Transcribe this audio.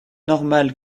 normal